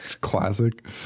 Classic